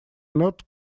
not